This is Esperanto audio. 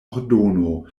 ordono